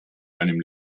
einem